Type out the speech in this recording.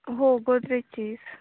हो गोदरेजचीच